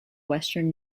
western